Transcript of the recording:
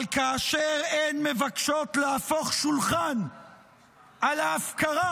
אבל כאשר הן מבקשות להפוך שולחן על ההפקרה,